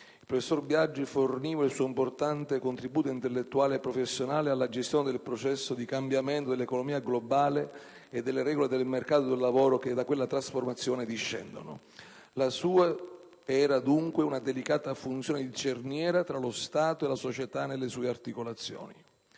Il professor Biagi forniva il suo importante contributo intellettuale e professionale alla gestione del processo di cambiamento dell'economia globale e delle regole del mercato del lavoro che da quella trasformazione discendono. La sua era dunque una delicata funzione di cerniera tra lo Stato e la società nelle sue articolazioni.